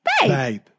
Babe